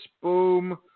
boom